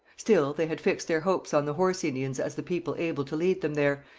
still, they had fixed their hopes on the horse indians as the people able to lead them there,